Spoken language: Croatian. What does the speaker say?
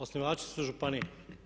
Osnivači su županije.